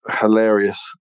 hilarious